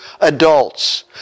adults